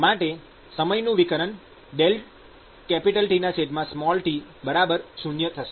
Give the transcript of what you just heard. માટે સમયનું વિકલન T t 0 થશે